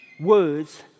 words